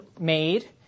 made